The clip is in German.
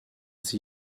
sie